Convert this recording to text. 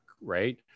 right